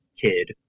kid